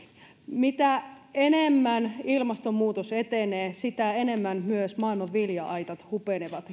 mitä enemmän ilmastonmuutos etenee sitä enemmän myös maailman vilja aitat hupenevat